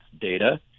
data